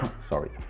sorry